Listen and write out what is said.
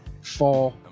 four